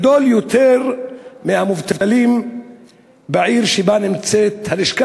גדול ממספר המובטלים בעיר שבה הלשכה נמצאת.